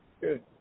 Good